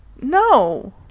no